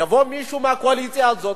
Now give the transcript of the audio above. יבוא מישהו מהקואליציה הזאת,